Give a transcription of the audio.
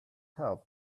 help